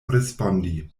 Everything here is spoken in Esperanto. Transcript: respondi